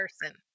person